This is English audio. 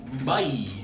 Bye